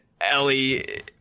Ellie